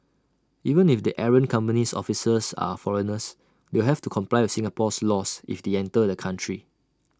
even if the errant company's officers are foreigners they have to comply with Singapore's laws if they enter the country